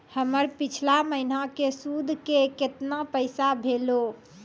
हमर पिछला महीने के सुध के केतना पैसा भेलौ?